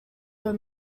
were